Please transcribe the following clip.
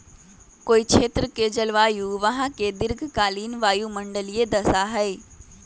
कोई क्षेत्र के जलवायु वहां के दीर्घकालिक वायुमंडलीय दशा हई